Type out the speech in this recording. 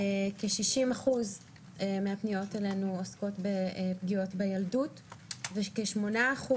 כ-60% מהפניות האלה עוסקות בפגיעות בילדות וכ-8%,